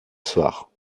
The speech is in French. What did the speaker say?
soir